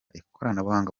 ikoranabuhanga